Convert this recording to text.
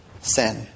sin